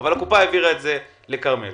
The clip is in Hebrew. אבל הקופה העבירה את זה לבית חולים כרמל.